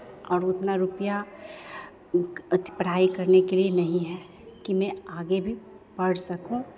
और उतना रुपैया पढ़ाई करने के लिये नहीं है कि मैं आगे भी पढ़ सकूँ